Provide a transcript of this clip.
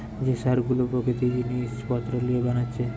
যে সার গুলো প্রাকৃতিক জিলিস পত্র দিয়ে বানাচ্ছে